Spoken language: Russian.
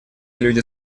люди